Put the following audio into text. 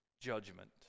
judgment